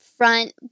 front